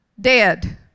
dead